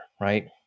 right